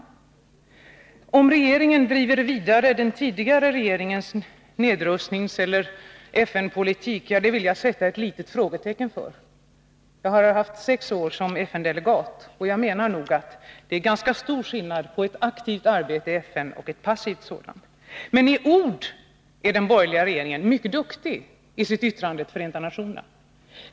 Huruvida regeringen driver den tidigare regeringens FN-politik vidare vill jag sätta ett litet frågetecken för. Jag har varit FN-delegat i sex år, och jag menar nog att det är ganska stor skillnad på ett aktivt arbete i FN och ett passivt sådant. Men i ord är den borgerliga regeringen mycket duktig i sitt yttrande till Förenta nationerna.